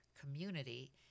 community